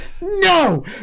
No